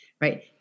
right